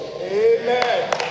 Amen